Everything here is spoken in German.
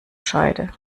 scheide